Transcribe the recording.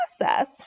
process